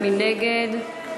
מי נגד?